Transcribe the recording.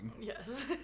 Yes